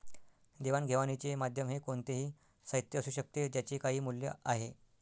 देवाणघेवाणीचे माध्यम हे कोणतेही साहित्य असू शकते ज्याचे काही मूल्य आहे